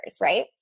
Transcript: right